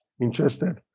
interested